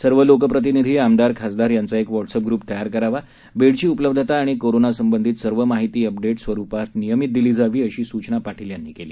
सर्व लोकप्रतिनिधी आमदार खासदार यांचा एक व्हाट्सअप ग्रूप तयार करावा बेडची उपलब्धता आणि कोरोना संबंधित सर्व माहिती अपडेट स्वरूपात त्यांना नियमित दिली जावी अशी सूचना पाटील यांनी केली